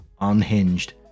unhinged